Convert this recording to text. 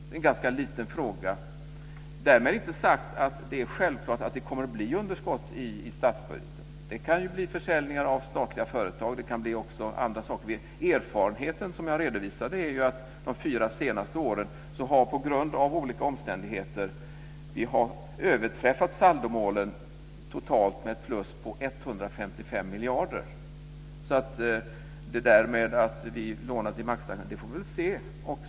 Det är en ganska liten fråga. Därmed inte sagt att det är självklart att det kommer att bli underskott i statsbudgeten. Det kan ju ske försäljningar av statliga företag och annat. Erfarenheten, som jag redovisade, är att vi de fyra senaste åren på grund av olika omständigheter har överträffat saldomålen totalt med ett plus på 155 miljarder. Detta med att vi måste låna till maxtaxan det får vi se.